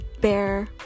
bear